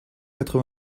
quatre